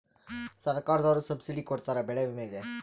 ಸರ್ಕಾರ್ದೊರು ಸಬ್ಸಿಡಿ ಕೊಡ್ತಾರ ಬೆಳೆ ವಿಮೆ ಗೇ